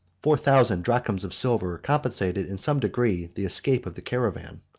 four thousand drams of silver, compensated in some degree the escape of the caravan.